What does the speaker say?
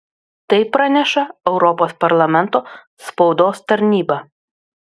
tai praneša europos parlamento spaudos tarnyba